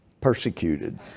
persecuted